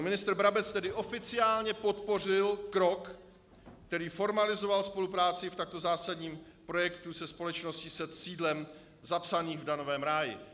Ministr Brabec tedy oficiálně podpořil krok, který formalizoval spolupráci v takto zásadním projektu se společností se sídlem zapsaným v daňovém ráji.